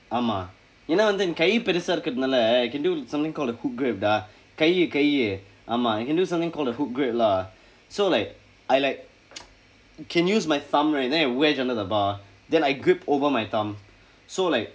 ஆமாம் ஏனா வந்து கை பெருசா இருக்கிறதுனால:aamaam eenaa vanthu kai perusaa irukkirathunaala can do something called a hook grip dah கை கை ஆமாம்:kai kai aamaa you can do something called a hook grip lah so like I like can use my thumb right then I wedge under the bar then I grip over my thumb so like